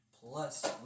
Plus